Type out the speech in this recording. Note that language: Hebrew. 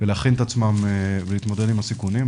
ולהכין את עצמם ולהתמודד עם הסיכונים.